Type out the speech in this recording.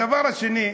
הדבר השני,